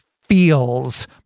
feels